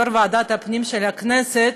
יו"ר ועדת הפנים של הכנסת,